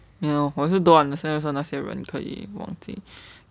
you know 我也是 don't understand 为什么那些人可以忘记